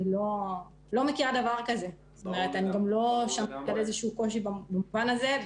אני לא מכירה דבר כזה וגם לא שמעתי על איזה שהוא קושי במובן הזה,